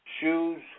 Shoes